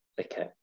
Okay